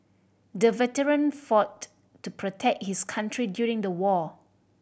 the veteran fought to protect his country during the war